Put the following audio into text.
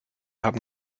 haben